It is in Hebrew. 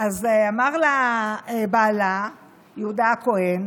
אמר לה בעלה יהודה הכהן: